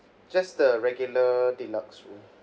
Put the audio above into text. just the regular deluxe room